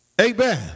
Amen